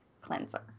cleanser